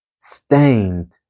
stained